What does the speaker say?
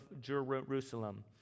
Jerusalem